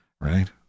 right